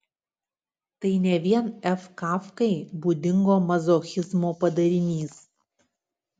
tai ne vien f kafkai būdingo mazochizmo padarinys